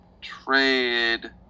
trade